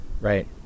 right